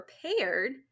prepared